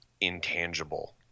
intangible